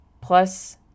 plus